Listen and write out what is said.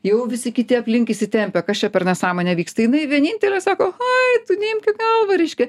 jau visi kiti aplink įsitempę kas čia per nesąmonė vyksta jinai vienintelė sako oi tu neimk į galvą reiškia